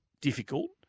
difficult